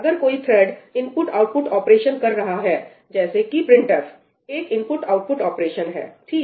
अगर कोई thread input output operation कर रहा है जैसे कि printf एक इनपुट आउटपुट ऑपरेशन है ठीक